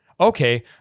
Okay